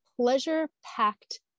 pleasure-packed